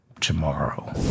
tomorrow